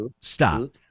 Stop